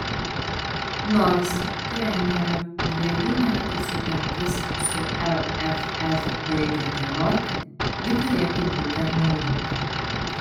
nors trenerio dvejų metų sutartis su lff baigė galioti ji turėtų būti atnaujinta